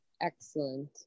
Excellent